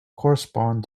correspond